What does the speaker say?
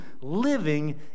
living